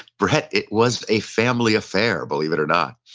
brett, it was a family affair, believe it or not.